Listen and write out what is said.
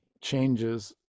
changes